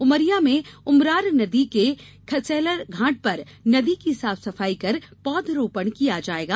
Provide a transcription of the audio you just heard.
उमरिया में उमरार नदी के खलेसर घाट पर नदी की साफसफाई कर पौधरोपण किया जायेगा